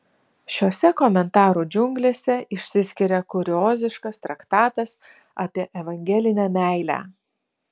šiose komentarų džiunglėse išsiskiria kurioziškas traktatas apie evangelinę meilę